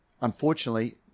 Unfortunately